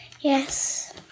yes